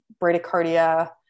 bradycardia